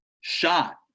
shot